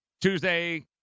Tuesday